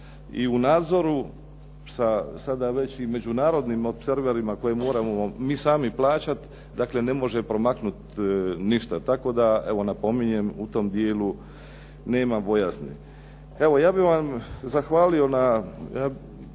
i u nadzoru sada već i međunarodnim opserverima koje mi sami moramo plaćati dakle ne može promaknuti ništa. Tako da napominjem u tom dijelu nema bojazni. Evo ja bih vam zahvalio na